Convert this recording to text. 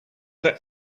that